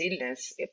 illness